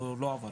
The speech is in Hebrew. הוא לא עבר,